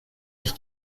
ich